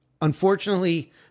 unfortunately